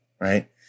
right